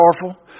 powerful